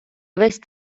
весь